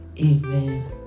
amen